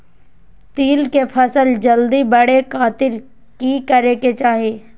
तिल के फसल जल्दी बड़े खातिर की करे के चाही?